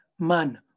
man